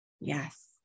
Yes